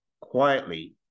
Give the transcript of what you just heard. quietly